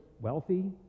wealthy